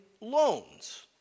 loans